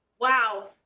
wow.